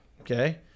Okay